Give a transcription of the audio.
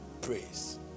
praise